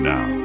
Now